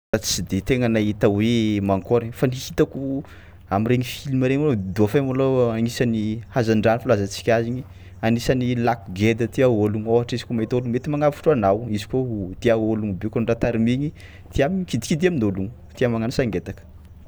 Tsy de tegna nahita hoe mankôry fa ny hitako am'regny filma regny lôha dauphin malôha agnisan'ny hazan-drano filazantsika azy igny, anisan'ny lako geda tia ôlogno ôhatra izy kôa mahita ôlo mety mangnavotro anao, izy kôa a tia ôlogno mibioka ny raha tariminy, tia mikidikidy amin'ôlogno, tia magnano saingetaka.